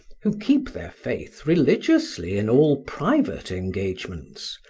who keep their faith religiously in all private engagements,